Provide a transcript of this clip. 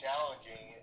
challenging